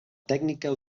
tècnica